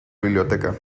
biblioteca